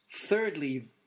Thirdly